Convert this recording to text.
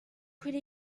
could